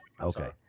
Okay